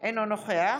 אינו נוכח